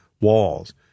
walls